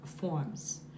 forms